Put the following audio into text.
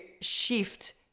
shift